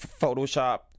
photoshop